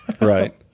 Right